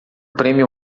prêmio